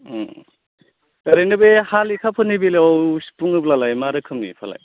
ओरैनो बे हा लेखाफोरनि बेलायाव बुङोब्लालाय मा रोखोमनि